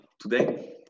today